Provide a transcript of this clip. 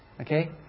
okay